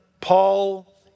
Paul